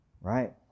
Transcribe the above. Right